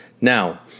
Now